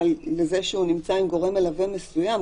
לזה שהוא נמצא עם גורם מלווה מסוים,